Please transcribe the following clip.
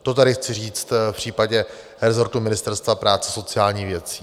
To tady chci říct v případě resortu Ministerstva práce a sociálních věcí.